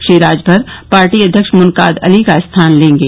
Shri Rajbhar party अध्यक्ष मुनकाद अली का स्थान लेंगे